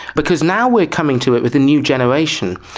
because now we are coming to it with a new generation,